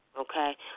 Okay